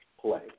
play